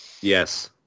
Yes